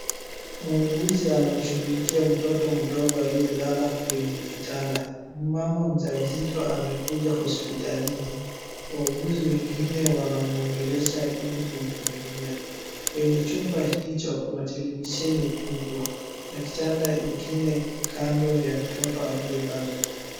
Muuguzi anamshughulikia mtoto mdogo aliyelala kwenye kitanda. Mama mjamzito amekuja hospitalini. Wauguzi wengine wanamuongelesha ili kumhudumia. Kwenye chumba hicho, kuna televisheni kubwa na kitanda ingine kando ya mtoto aliyelazwa.